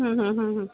হুম হুম হুম হুম